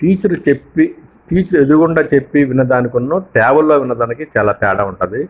teacher చెప్పి teacher ఎదురుగుండా చెప్పి వినడానికున్నూ ట్యాబుల్లో వినేదానికి చాలా తేడా ఉంటుంది